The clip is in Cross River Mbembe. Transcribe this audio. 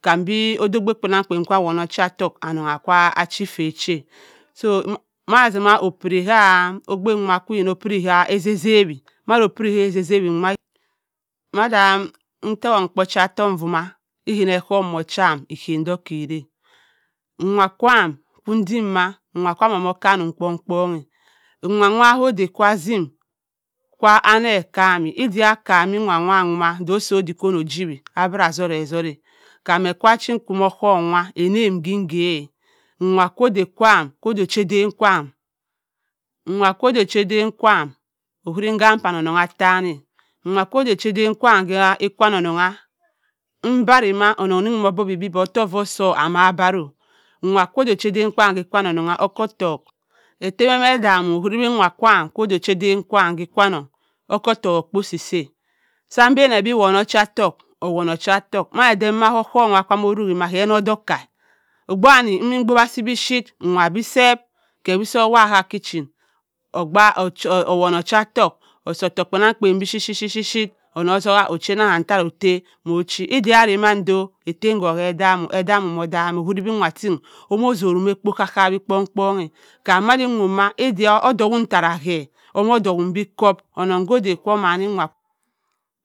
Kambi oda ogbu kpananng kpa cha awonni ocha ootokh annong a’kwa faa chi-bẹ chi-a so mazima opiri kka ogbu wa opiri kka eza-zawi madọ piri e za-zawi madaa ettewott m’kpa ochaottokh vama ebunna ka o̱ho̱hma chain ehamma dok kka daa nwa kwaan vidimma nwa kwaam onno kannum kpongkong-a nwa-wa ko da va a+zom kwa enne okamm edẹ kammi nwa-wa womma do si odik konno chiwẹ abira azott rẹezotha kam ekwa chi nnko ka ọhọhm wa annam kẹ bugera nwa kko da kwaam ko da ochadan kwaam nwa kodda ochadan kwaam ka kwannong onn-bha mbari ma onnong onni odi bọ ottoduk tọ su amma bar-o nwa kodu ochadan kwaam ka kwannong nonngbu oki ottochk ettem eme̱ edamma owuri bẹ nwa kwaam ko da ochadan kwaam kẹ kwannong okki ottockh okpo si-saa sa mbe-nne bi owonh ocho ọttọkh owonh ocha-ọttọkh mạdẹdẹma k’ọhọhu cha mọ ruri ma ke-onno da kka-a ogbu wani emmi ẹdọ asi biphyitt nn bhowa bẹ seẹp ke wi so ohowa bha ka kitchen okpa owonn ocha ottokh osi ottokh kpannan kpan biphyitt hi-hott onno ozubha ochanna kiam ttara otte m’ochi ẹda ra mundọ ettem ko bhe edammo edammo odam-a owun bẹ nwa ting ọmọ zurum ekpo ka-kawi kponn-kpon-a kam onandin owh ma odok bum ttara kke ọmọ dokbhum bẹ kọp onnong ko da